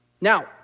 Now